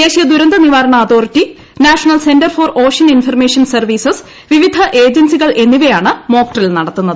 ദേശീയ ദുരന്ത നിവാരണ authority national centre for ocean information services വിവിധ ഏജൻസികൾ എന്നിവയാണ് മോക്ഡ്രിൽ നടത്തുന്നത്